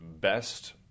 best